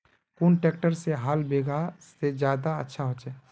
कुन ट्रैक्टर से हाल बिगहा ले ज्यादा अच्छा होचए?